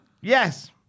yes